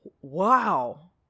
wow